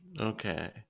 Okay